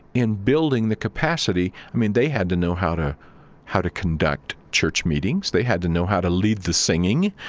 in building the capacity i mean, they had to know how to how to conduct church meetings. they had to know how to lead the singing.